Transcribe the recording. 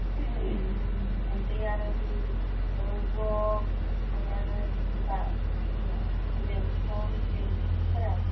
ओमफ्राय आरो बे जग ओमफ्राय आरो बै मा होनो लेन्थन लेम्पफोरा